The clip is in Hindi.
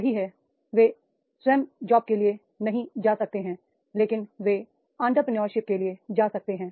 यही है वे स्वयं जॉब के लिए नहीं जा सकते हैं लेकिन वे एंटरप्रेन्योरशिप के लिए जा सकते हैं